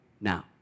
now